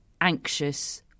anxious